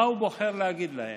מה הוא בוחר להגיד להם,